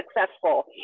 successful